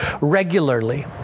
regularly